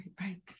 right